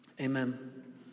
Amen